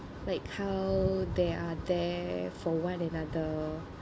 like how they are there for one another